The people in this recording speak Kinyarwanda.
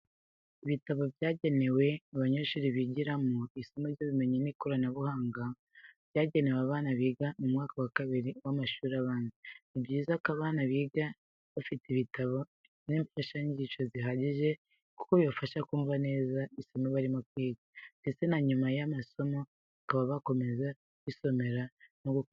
Ibitabo byanegewe abanyeshuri bigiramo isomo ry'ubumenyi n'ikoranabuhanga, byagenewe abana biga mu mwaka wa kabiri w'amashuri abanza, ni byiza ko abana biga bafite ibitabo n'imfashanyigisho zihagije kuko bibafasha kumva neza isomo barimo kwiga, ndetse na nyuma y'amasomo bakaba bakomeza kwisomera no gukora imyitozo.